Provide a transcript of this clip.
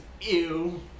ew